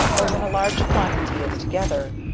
or when a large quantity is together,